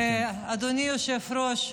אדוני היושב-ראש,